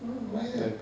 mm why that